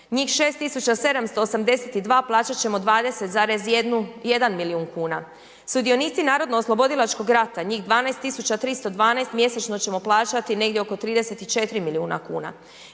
njih 6782 plaćat ćemo 20,1 milijuna kuna. Sudionici narodno oslobodilačkog rata, 12 312, mjesečno ćemo plaćati negdje oko 34 milijuna kuna.